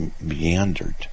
meandered